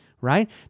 right